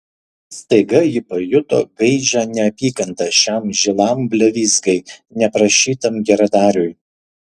staiga ji pajuto gaižią neapykantą šiam žilam blevyzgai neprašytam geradariui